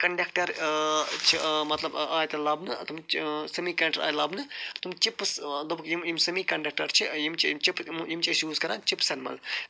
conductor چھِ مَطلَب آے تتہِ لَبنہٕ مَطلَب تِم چھِ سیمی کَنڈَکٹَر آے لَبنہٕ تِم چِپٕس دوٚپُکھ یِم سیمی کَنڈَکٹَر چھِ یم چھِ یِم چھِ أسۍ یوٗز کران چِپسَن مَنٛز